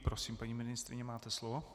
Prosím paní ministryně, máte slovo.